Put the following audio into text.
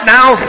now